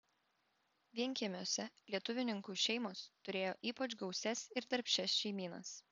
vienkiemiuose lietuvininkų šeimos turėjo ypač gausias ir darbščias šeimynas